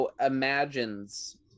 imagines